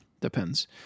Depends